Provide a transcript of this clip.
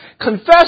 confess